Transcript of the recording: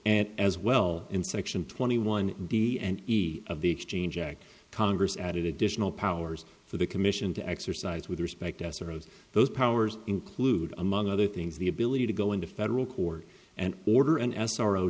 and as well in section twenty one d and e of the exchange act congress added additional powers for the commission to exercise with respect esser of those powers include among other things the ability to go into federal court and order an s